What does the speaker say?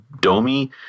Domi